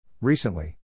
Recently